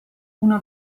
una